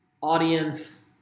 audience